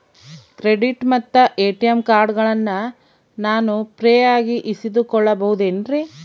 Credit ಮತ್ತ ATM ಕಾರ್ಡಗಳನ್ನ ನಾನು ಫ್ರೇಯಾಗಿ ಇಸಿದುಕೊಳ್ಳಬಹುದೇನ್ರಿ?